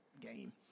game